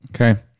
Okay